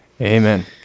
Amen